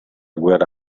guerra